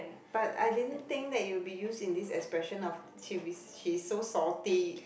but I didn't think that it'll be used in this expression of series she's so salty